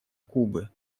кубы